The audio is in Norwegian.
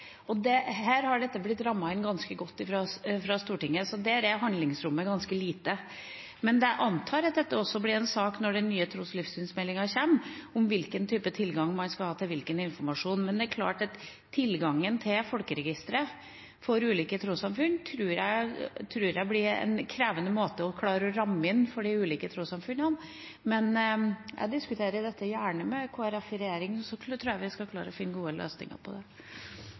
det Stortinget har vedtatt, og dette har blitt rammet inn ganske godt fra Stortinget, så her er handlingsrommet ganske lite. Men jeg antar at dette også blir en sak når den nye tros- og livssynsmeldingen kommer – om hvilken type tilgang man skal ha, til hvilken informasjon. Tilgangen til folkeregisteret for de ulike trossamfunnene tror jeg det blir krevende å klare å ramme inn, men jeg diskuterer dette gjerne med Kristelig Folkeparti i regjering – og så tror jeg vi skal klare å finne gode løsninger på det.